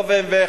לא ב.מ.וו.